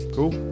Cool